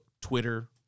Twitter